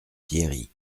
pierry